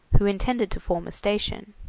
who intended to form a station.